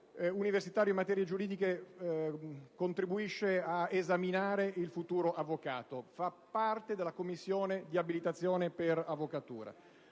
universitario in materie giuridiche contribuisce ad esaminare il futuro avvocato e fa parte della commissione di abilitazione per l'avvocatura.